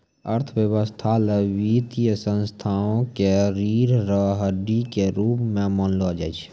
अर्थव्यवस्था ल वित्तीय संस्थाओं क रीढ़ र हड्डी के रूप म मानलो जाय छै